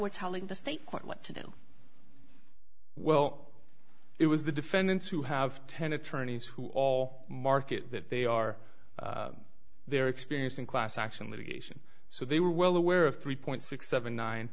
were telling the state quite what to do well it was the defendants who have ten attorneys who all market that they are they're experiencing class action litigation so they were well aware of three point six seven nine